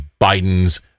Biden's